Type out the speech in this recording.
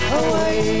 away